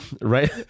right